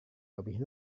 lebih